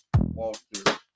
Walter